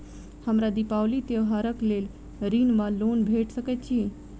हमरा दिपावली त्योहारक लेल ऋण वा लोन भेट सकैत अछि?